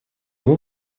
его